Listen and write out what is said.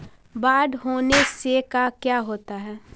बाढ़ होने से का क्या होता है?